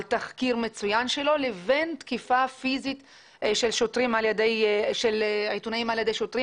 תחקיר מצוין שלו לבין תקיפה פיזית של עיתונאים על ידי שוטרים.